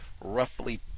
roughly